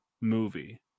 movie